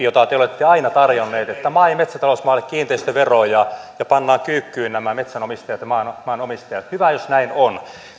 jota te olette aina tarjonneet että maa ja metsäta lousmaille kiinteistövero ja pannaan kyykkyyn nämä metsänomistajat ja maanomistajat hyvä jos näin on